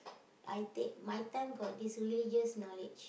I take my time got this religious knowledge